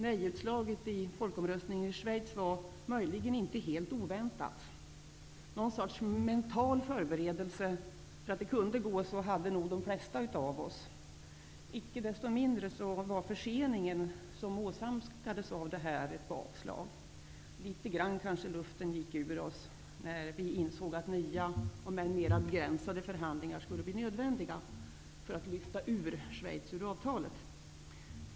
Nej-utslaget i folkomröstningen i Schweiz var möjligen inte helt oväntat. Någon sorts mental förberedelse för att det kunde gå så hade nog de flesta av oss. Icke desto mindre var den försening som åsamkades av detta ett bakslag. Litet grand gick luften ur oss när vi insåg att nya, om än mera begränsade förhandlingar, skulle bli nödvändiga för att lyfta ur Schweiz ur avtalet.